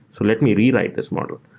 so let me rewrite this model.